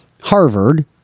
Harvard